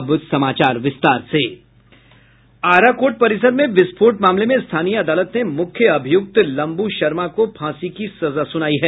आरा court परिसर में विस्फोट मामले में स्थानीय अदालत ने मुख्य अभियुक्त लम्बू शर्मा को फांसी की सजा सुनायी है